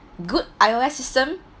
good I_O_S system